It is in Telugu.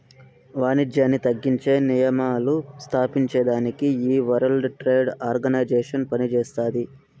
వానిజ్యాన్ని తగ్గించే నియమాలు స్తాపించేదానికి ఈ వరల్డ్ ట్రేడ్ ఆర్గనైజేషన్ పనిచేస్తాది